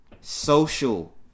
Social